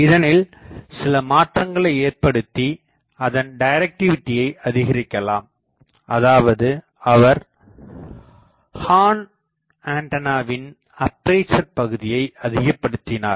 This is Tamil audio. இதனில் சிலமாற்றங்களை ஏற்படுத்தி அதன் டைரக்டிவிடியை அதிகரிக்கலாம் அதாவது அவர் ஹார்ன் ஆன்டெனாவின் அப்பேசர் பகுதியை அதிகப்படுத்தினார்